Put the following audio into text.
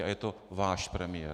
A je to váš premiér.